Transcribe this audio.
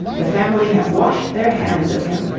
the family have washed their hands of him.